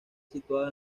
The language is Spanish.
situado